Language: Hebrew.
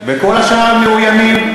וכל השאר, מאוימים.